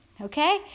okay